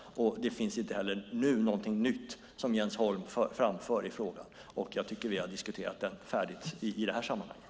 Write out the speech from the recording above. Det finns inte heller något nytt som Jens Holm framför nu i frågan. Jag tycker att vi har diskuterat den färdigt i det här sammanhanget.